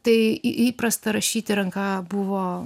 tai įprasta rašyti ranka buvo